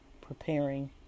preparing